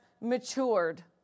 matured